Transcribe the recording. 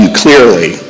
clearly